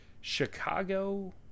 Chicago